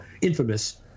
infamous